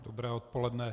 Dobré odpoledne.